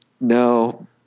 no